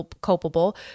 culpable